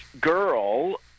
girl